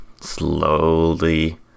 slowly